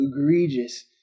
egregious